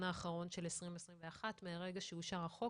האחרון של 2021 מהרגע שנכנס החוק,